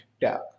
tab